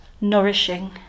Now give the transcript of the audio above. nourishing